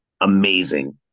Amazing